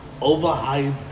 overhyped